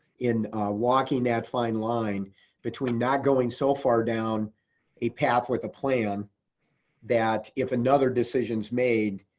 in walking that fine line between not going so far down a path with a plan that if another decision is made,